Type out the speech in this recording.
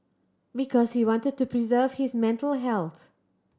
because he wanted to preserve his mental health